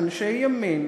אתם אנשי ימין,